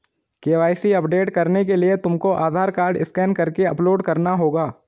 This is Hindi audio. के.वाई.सी अपडेट करने के लिए तुमको आधार कार्ड स्कैन करके अपलोड करना होगा